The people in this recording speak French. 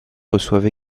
reçoivent